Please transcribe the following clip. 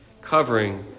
covering